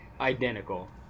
identical